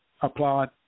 applaud